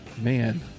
man